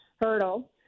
hurdle